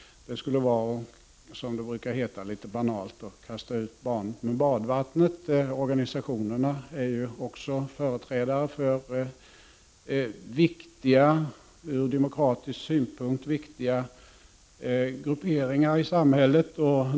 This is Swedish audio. Det skulle vara, som det brukar heta litet banalt, att kasta ut barnet med badvattnet. Organisationerna är också företrädare för ur demokratisk synpunkt viktiga grupperingar i samhället.